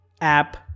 app